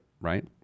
right